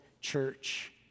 church